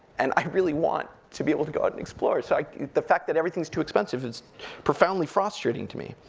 and i really want to be able to go out and explore, so the fact that everything's too expensive is profoundly frustrating to me.